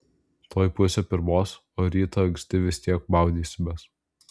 tuoj pusė pirmos o rytą anksti vis tiek maudysimės